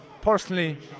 personally